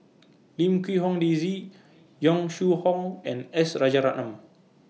Lim Quee Hong Daisy Yong Shu Hoong and S Rajaratnam